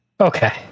Okay